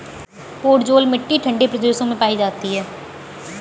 podzol मिट्टी ठंडे प्रदेशों में पाई जाती है